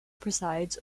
presides